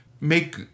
make